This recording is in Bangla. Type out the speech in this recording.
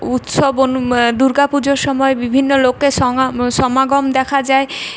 উৎসব অনু দুর্গা পুজোর সময় বিভিন্ন লোকের সঙা সমাগম দেখা যায়